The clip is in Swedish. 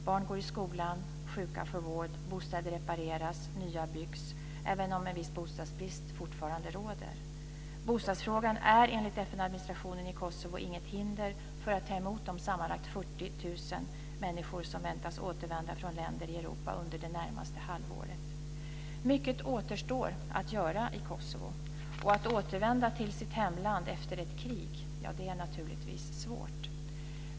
Barn går i skolan och sjuka får vård. Bostäder repareras och nya byggs, även om en viss bostadsbrist fortfarande råder. Bostadsfrågan är enligt FN-administrationen i Kosovo inget hinder för att ta emot de sammanlagt 40 000 människor som väntas återvända från länder i Europa under det närmaste halvåret. Mycket återstår att göra i Kosovo, och att återvända till sitt hemland efter ett krig är naturligtvis svårt.